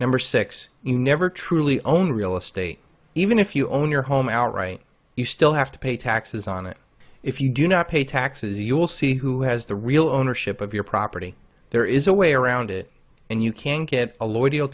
number six you never truly own real estate even if you own your home outright you still have to pay taxes on it if you do not pay taxes you will see who has the real ownership of your property there is a way around it and you can get a lawyer deal